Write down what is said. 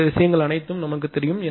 இந்த விஷயங்கள் அனைத்தும் தெரியும்